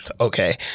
Okay